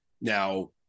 Now